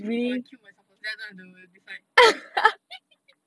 or I kill myself first then I don't have to decide